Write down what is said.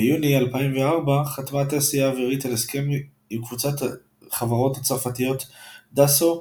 ביוני 2004 חתמה התעשייה האווירית על הסכם עם קבוצת חברות צרפתיות דאסו,